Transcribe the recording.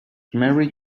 mary